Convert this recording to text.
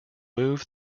move